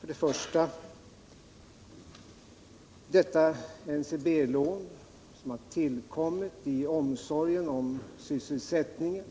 Till att börja med vill jag säga att NCB-lånet har tillkommit i omsorg om sysselsättningen